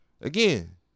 again